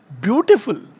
beautiful